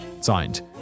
Signed